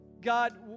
God